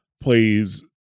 plays